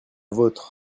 vôtre